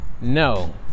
no